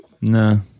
No